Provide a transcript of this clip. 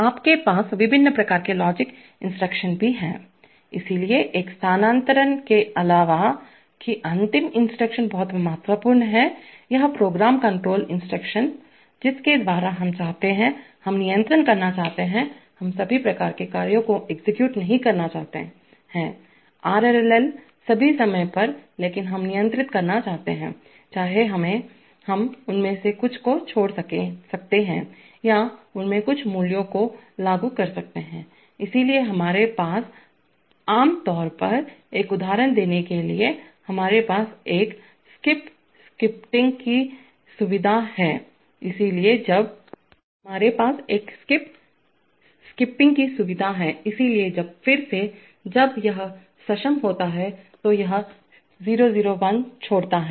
आपके पास विभिन्न प्रकार के लॉजिक इंस्ट्रक्शंस भी हैं इसलिए एक स्थानान्तरण के अलावा कि अंतिम इंस्ट्रक्शंस बहुत महत्वपूर्ण हैंवह प्रोग्राम कण्ट्रोल इंस्ट्रक्शंस जिसके द्वारा हम चाहते हैं हम नियंत्रण करना चाहते हैं हम सभी प्रकार के कार्यों को एक्सेक्यूट नहीं करना चाहते हैं आरएलएल सभी समय पर लेकिन हम नियंत्रित करना चाहते हैं चाहे हम उनमें से कुछ को छोड़ सकते हैं या उनके कुछ मूल्यों को लागू कर सकते हैं इसलिए हमारे पास आम तौर पर एक उदाहरण देने के लिए है हमारे पास एक स्किप स्किप्पिंग की सुविधा है इसलिए जब फिर से जब यह सक्षम होता है तो यह 001 छोड़ता है